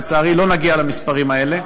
ולצערי לא נגיע למספרים האלה.